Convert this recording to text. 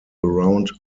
around